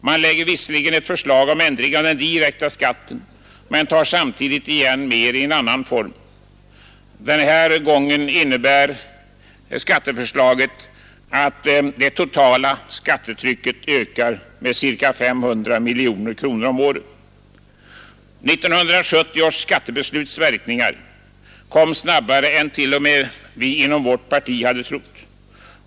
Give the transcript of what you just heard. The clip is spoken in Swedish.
Man lägger visserligen fram ett förslag om ändring av den direkta skatten men tar samtidigt igen mer i en annan form. Den här gången innebär skatteförslaget att det totala skattetrycket ökar med ca 500 miljoner kronor om året. Verkningarna av 1970 års skattebeslut kom snabbare än t.o.m. vi inom vårt parti hade trott.